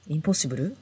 Impossible